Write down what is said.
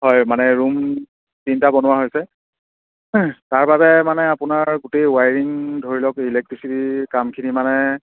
হয় মানে ৰুম তিনিটা বনোৱা হৈছে তাৰ বাবে মানে আপোনাৰ গোটেই ৱাইৰিং ধৰি লওক ইলেক্ট্ৰিচিটিৰ কামখিনি মানে